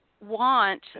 want